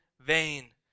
vain